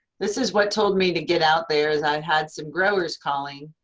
this is what told me to get out there, is i had some growers calling